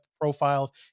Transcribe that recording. profile